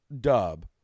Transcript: dub